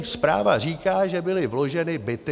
Zpráva říká, že byly vloženy byty.